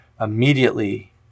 Immediately